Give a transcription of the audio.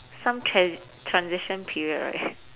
some trans~ transition period right